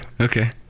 Okay